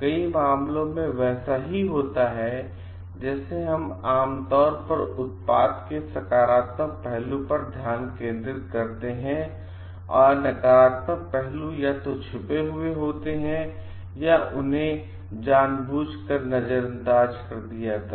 कई मामलों में वैसा ही होता है जैसे हम आमतौर पर उत्पाद के सकारात्मक पहलू पर पर ध्यान केंद्रित करते हैं और नकारात्मक पहलू या तो छिपे हुए हैं या या उन्हें जानबूझकर नज़रअंदाज़ कर दिया जाता है